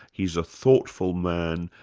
he's a thoughtful man,